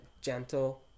gentle